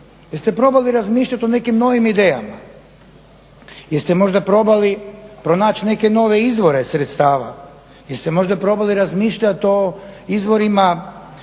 jeste probali razmišljati o nekim novim idejama? Jeste možda probali pronaći neke nove izvore sredstava? Jeste možda probali razmišljati o izvorima